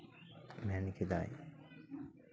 ᱢᱮᱱ ᱠᱮᱫᱟᱭ